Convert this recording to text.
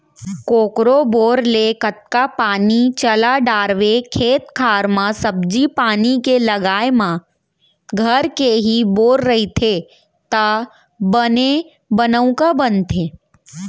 कोकरो बोर ले कतका पानी चला डारवे खेत खार म सब्जी पान के लगाए म घर के ही बोर रहिथे त बने बनउका बनथे